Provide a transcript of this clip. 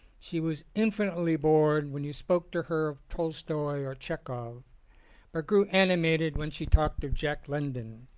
she was infinitely bored when you spoke to her of tolstoi or chekov but grew animated when she talked of jack london.